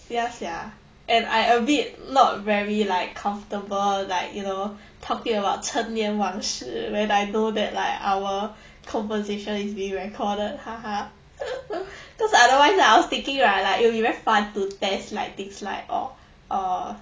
ya sia and I a bit not very like comfortable like you know talking about 成年往事 when I know that like our conversation is being recorded 哈哈 cause otherwise I was thinking right like you you very fun to test like things like orh err